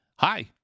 Hi